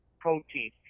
protein